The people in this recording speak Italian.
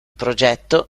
progetto